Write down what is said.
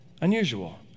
Unusual